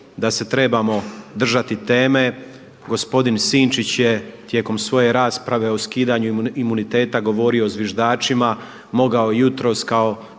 da se trebamo držati teme. Gospodin Sinčić je tijekom svoje rasprave o skidanju imuniteta govorio o zviždačima, mogao je jutros kao